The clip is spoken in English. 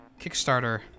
Kickstarter